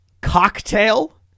cocktail